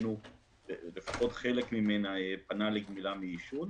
לפחות חלק ממנה פנה לגמילה מעישון.